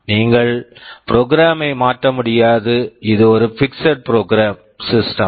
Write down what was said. நீங்கள் program program ஐ மாற்ற முடியாது இது ஒரு fixed program fixed program system